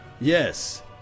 yes